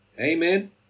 Amen